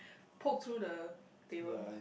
poke through the table